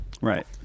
Right